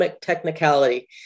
technicality